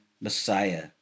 Messiah